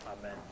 amen